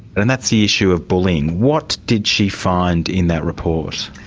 and that's the issue of bullying. what did she find in that report?